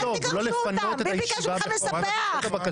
מי ביקש מכם לספח?